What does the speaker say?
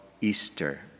Easter